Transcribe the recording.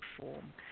form